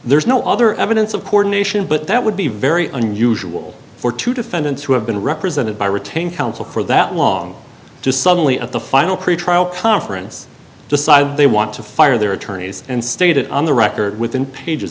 there's no other evidence of court nation but that would be very unusual for two defendants who have been represented by retained counsel for that long just suddenly at the final pretrial conference decide they want to fire their attorneys and state it on the record within pages